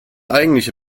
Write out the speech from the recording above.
eigentliche